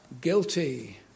guilty